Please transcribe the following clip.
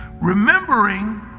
remembering